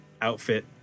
outfit